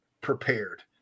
prepared